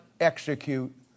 execute